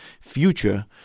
future